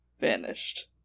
vanished